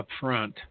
Upfront